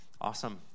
Awesome